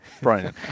Brian